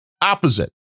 opposite